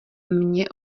mně